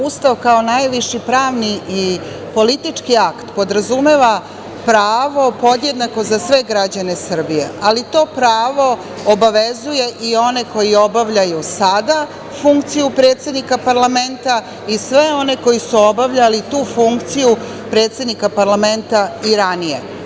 Ustav kao najviši pravni i politički akt podrazumeva pravo podjednako za sve građane Srbije, ali to pravo obavezuje i one koji obavljaju sada funkciju predsednika parlamenta i sve one koji su obavljali tu funkciju predsednika parlamenta i ranije.